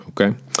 Okay